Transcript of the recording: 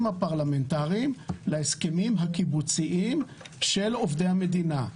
הפרלמנטריים להסכמים הקיבוציים של עובדי המדינה.